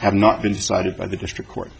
have not been decided by the district court